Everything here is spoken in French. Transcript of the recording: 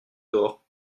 dehors